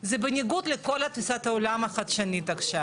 זה בניגוד לכל תפיסת העולם החדשנית עכשיו.